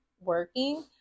working